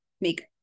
make